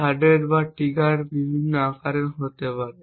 hardware বা trigger বিভিন্ন আকারের হতে পারে